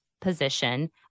position